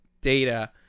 data